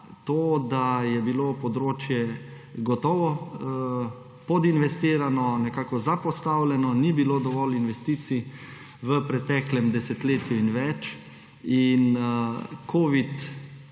to, da je bilo področje gotovo podinvestirano, nekako zapostavljeno, ni bilo dovolj investicij v preteklem desetletju in več.